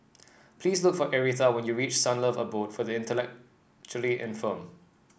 please look for Aretha when you reach Sunlove Abode for the Intellectually Infirmed